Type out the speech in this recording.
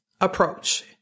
approach